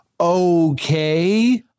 Okay